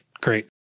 Great